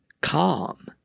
calm